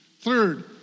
Third